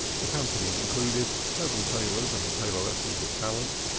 the company included several tailors and tailoresses of talent,